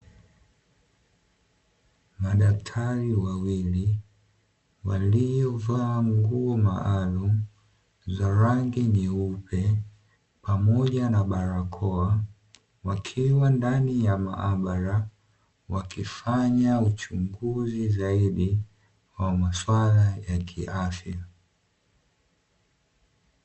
Madaktari wawili waliovaa nguo maalumu za rangi nyeupe, pamoja na barakoa, wakiwa ndani ya maabara, wakifanya uchunguzi zaidi wa maswala ya kiafya.